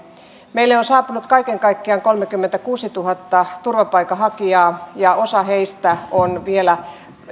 meille on saapunut kaiken kaikkiaan kolmekymmentäkuusituhatta turvapaikanhakijaa ja osa heistä vielä